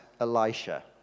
Elisha